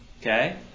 Okay